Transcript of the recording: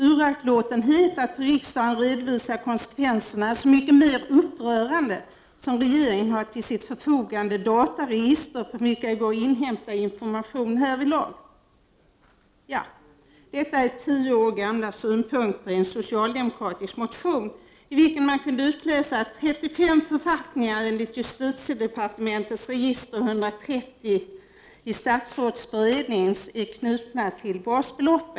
Uraktlåtenheten att för riksdagen redovisa konsekvenserna är så mycket mer upprörande som regeringen har till sitt förfogande dataregister från vilka det går att inhämta information härvidlag. Ja, detta är tio år gamla synpunkter i en socialdemokratisk motion, i vilken man kunde utläsa att 35 författningar enligt justitiedepartementets register och 130 i statsrådsberedningens är knutna till basbelopp.